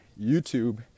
youtube